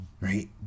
Right